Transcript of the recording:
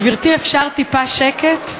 גברתי, אפשר טיפה שקט?